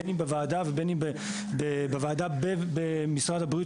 בין אם בוועדה ובין אם בוועדה במשרד הבריאות,